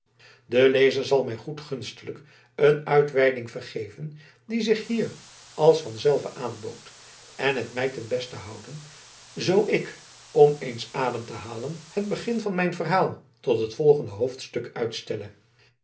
de lezer zal mij goedgunstiglijk een uitweiding vergeven die zich hier als van zelve aanbood en het mij ten beste houden zoo ik om eens adem te halen het begin van mijn verhaal tot het volgende hoofdstuk uitstelle